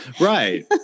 right